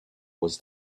was